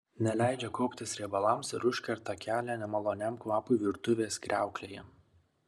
neleidžia kauptis riebalams ir užkerta kelią nemaloniam kvapui virtuvės kriauklėje